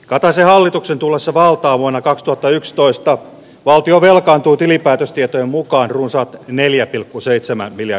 kataisen hallituksen tullessa valtaan vuonna kaksituhattayksitoista valtio velkaantui tilinpäätöstietojen mukaan runsaat neljä pilkku seitsemän ville